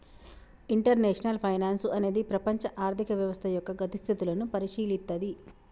international finance అనేది ప్రపంచ ఆర్థిక వ్యవస్థ యొక్క గతి స్థితులను పరిశీలిత్తది